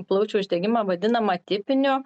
plaučių uždegimą vadinam atipiniu